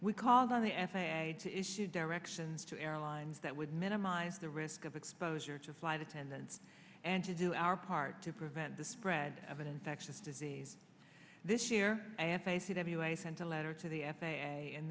we called on the f a a to issue directions to airlines that would minimize the risk of exposure to flight attendants and to do our part to prevent the spread of an infectious disease this year and face it anyway sent a letter to the f a a in